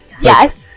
Yes